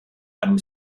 einem